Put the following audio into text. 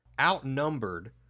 outnumbered